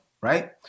right